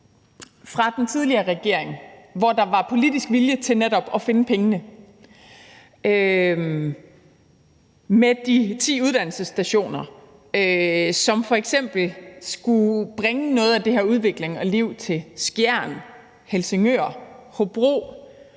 fra den tidligere regering, hvor der var politisk vilje til netop at finde pengene i forbindelse med de ti uddannelsesstationer, der skulle bringe noget af den her udvikling og noget af det liv til f.eks. Skjern, Helsingør og Hobro.